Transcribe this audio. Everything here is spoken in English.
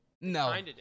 no